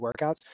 workouts